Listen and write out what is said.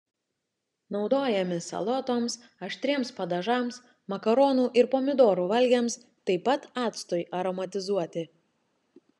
naudojami salotoms aštriems padažams makaronų ir pomidorų valgiams taip pat actui aromatizuoti